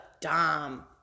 dom